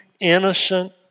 Innocent